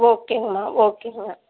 ஓகேங்கம்மா ஓகேங்க